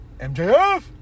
MJF